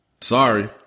Sorry